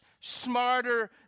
smarter